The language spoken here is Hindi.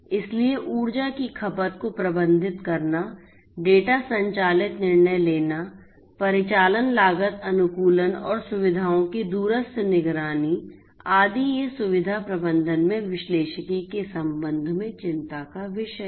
इसलिए ऊर्जा की खपत को प्रबंधित करना डेटा संचालित निर्णय लेना परिचालन लागत अनुकूलन और सुविधाओं की दूरस्थ निगरानी आदि ये सुविधा प्रबंधन में विश्लेषिकी के संबंध में चिंता का विषय हैं